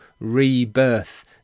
rebirth